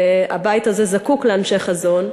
והבית הזה זקוק לאנשי חזון,